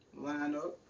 lineup